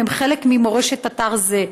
הן חלק ממורשת אתר זה.